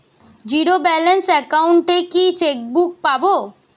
Zero balance account এ কি chequebook পাব?